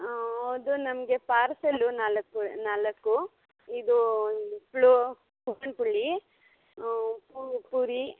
ಅದು ನಮಗೆ ಪಾರ್ಸೆಲ್ಲೂ ನಾಲ್ಕು ನಾಲ್ಕು ಇದು ಫ್ಲೋ ಪೂರನ್ ಪುಳ್ಳಿ ಪೂರಿ